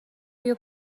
بیا